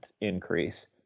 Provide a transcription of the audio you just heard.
increase